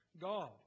God